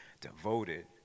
devoted